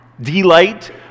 delight